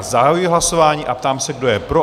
Zahajuji hlasování a ptám se, kdo je pro?